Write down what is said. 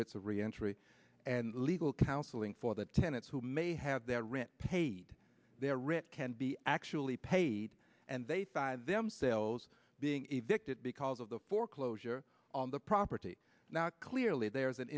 a reentry and legal counseling for the tenants who may have their rent paid their risk can be actually paid and they find themselves being evicted because of the foreclosure on the property now clearly there is an